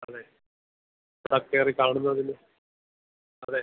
അതെ ആ കയറി കാണുന്നതിന് അതെ